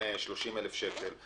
25,000 שקל, 30,000 שקל.